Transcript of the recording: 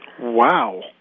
Wow